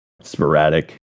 sporadic